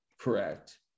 correct